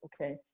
Okay